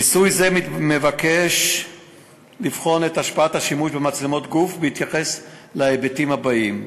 ניסוי זה נועד לבחון את השפעת השימוש במצלמות גוף בהיבטים הבאים: